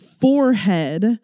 forehead